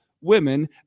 women